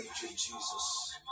Jesus